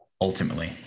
ultimately